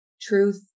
Truth